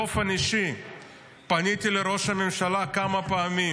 באופן אישי פניתי לראש הממשלה כמה פעמים,